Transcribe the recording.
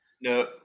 no